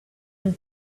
and